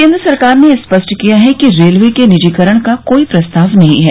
केन्द्र सरकार ने स्पष्ट किया है कि रेलवे के निजीकरण का कोई प्रस्ताव नहीं है